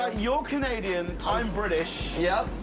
you're canadian, i'm british. yep.